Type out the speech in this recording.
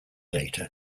data